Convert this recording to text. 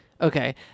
Okay